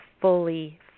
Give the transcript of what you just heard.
fully